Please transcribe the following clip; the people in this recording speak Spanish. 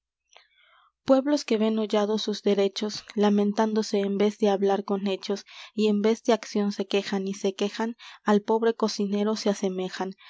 pueblos que ven hollados sus derechos lamentándose en vez de hablar con hechos y en vez de acción se quejan y se quejan al pobre cocinero se asemejan